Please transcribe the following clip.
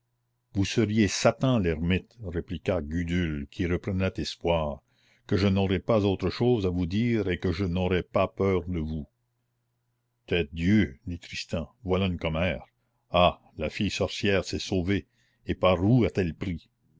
vous seriez satan l'hermite répliqua gudule qui reprenait espoir que je n'aurais pas autre chose à vous dire et que je n'aurais pas peur de vous tête dieu dit tristan voilà une commère ah la fille sorcière s'est sauvée et par où a-t-elle pris